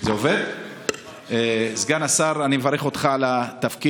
סגן השר, אני מברך אותך על התפקיד.